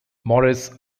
morris